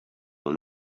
will